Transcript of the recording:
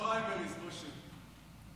המשך הפריימריז, משה.